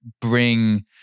bring